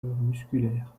musculaire